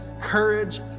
courage